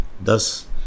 Thus